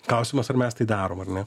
klausimas ar mes tai darom ar ne